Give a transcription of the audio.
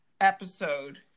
episode